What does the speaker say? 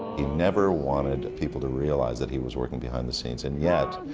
he never wanted people to realize that he was working behind the scenes and yet,